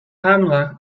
pamela